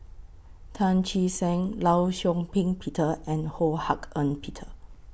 Tan Che Sang law Shau Ping Peter and Ho Hak Ean Peter